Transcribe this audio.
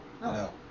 No